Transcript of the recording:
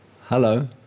Hello